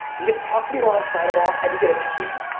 you get to talk to me while i sign them all and you get a tweet?